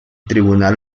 tribunal